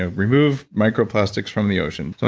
ah remove microplastics from the ocean. so